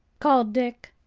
called dick.